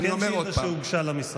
וזאת שאילתה שהוגשה למשרד.